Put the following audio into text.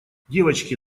девочки